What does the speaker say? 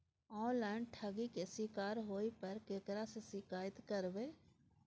Online ठगी के शिकार होय पर केकरा से शिकायत करबै?